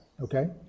Okay